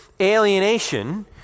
alienation